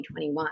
2021